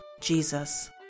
Jesus